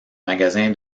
magasin